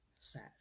sad